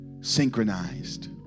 synchronized